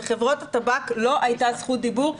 לחברות הטבק לא הייתה זכות דיבור,